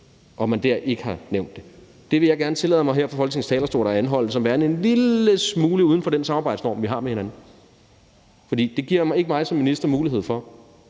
og man dér ikke har nævnt det. Det vil jeg gerne tillade mig her fra Folketingets talerstol at anholde som værende en lille smule uden for den samarbejdsnorm, vi har med hinanden, for det giver ikke mig som minister mulighed for